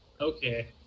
okay